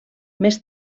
més